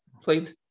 played